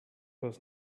was